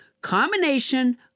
combination